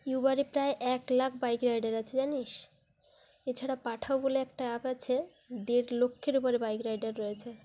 উবারে প্রায় এক lakh bike rider আছে জানিস এছাড়া পাঠাও বলে একটা অ্যাপ আছে দেড় লক্ষের উপরে বাইক রাইডার রয়েছে